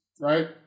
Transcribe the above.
Right